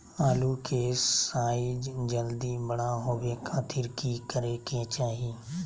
आलू के साइज जल्दी बड़ा होबे खातिर की करे के चाही?